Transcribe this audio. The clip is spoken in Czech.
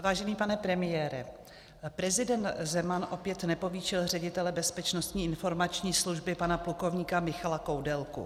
Vážený pane premiére, prezident Zeman opět nepovýšil ředitele Bezpečnostní informační služby pana plukovníka Michala Koudelku.